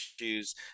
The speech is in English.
issues